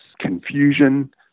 confusion